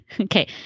okay